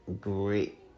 great